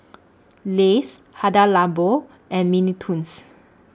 Lays Hada Labo and Mini Toons